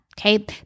Okay